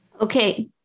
okay